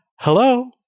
Hello